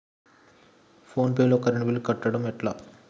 Phone pay లో current bill కట్టడం ఎట్లా?